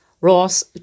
Ross